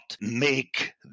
make